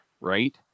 right